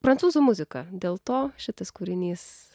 prancūzų muzika dėl to šitas kūrinys